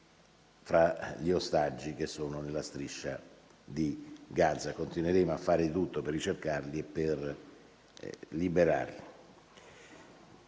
fra gli ostaggi che sono nella striscia di Gaza. Continueremo a fare di tutto per cercarli e per liberarli.